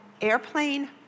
Airplane